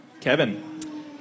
Kevin